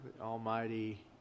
Almighty